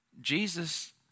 Jesus